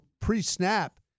pre-snap